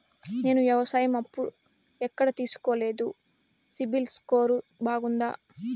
నేను వ్యవసాయం అప్పు ఎక్కడ తీసుకోలేదు, సిబిల్ స్కోరు బాగుందా?